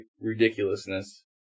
ridiculousness